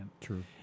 True